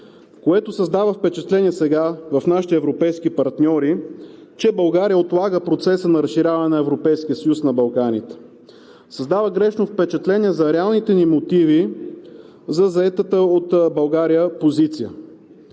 сега създава впечатление в нашите европейски партньори, че България отлага процеса на разширяване на Европейския съюз на Балканите. Създава грешно впечатление за реалните ни мотиви за заетата от България позиция.